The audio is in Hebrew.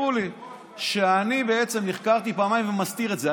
סיפרו לי, שאני בעצם נחקרתי פעמיים ומסתיר את זה.